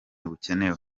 bukenewe